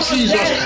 Jesus